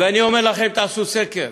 אני אומר לכם, תעשו סקר,